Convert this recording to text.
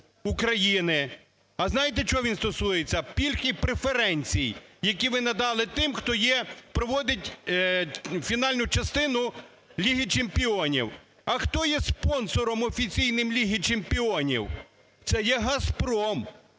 А знаєте чого він стосується? Пільг і преференцій, які ви надали тим, хто є… проводить фінальну частину Ліги чемпіонів. А хто є спонсором офіційним Ліги чемпіонів? Це є "Газпром".